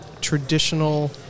Traditional